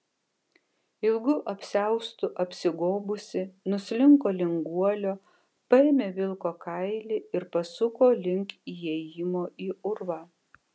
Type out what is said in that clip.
ilgu apsiaustu apsigobusi nuslinko link guolio paėmė vilko kailį ir pasuko link įėjimo į urvą